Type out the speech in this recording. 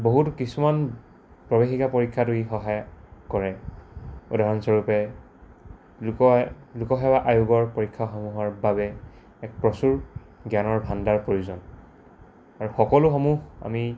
বহুত কিছুমান প্ৰৱেশিকা পৰীক্ষাতো ই সহায় কৰে উদাহৰণস্বৰূপে লোক লোকসেৱা আয়োগৰ পৰীক্ষাসমূহৰ বাবে এক প্ৰচুৰ জ্ঞানৰ ভাণ্ডাৰ প্ৰয়োজন আৰু সকলোসমূহ আমি